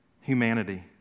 humanity